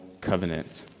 covenant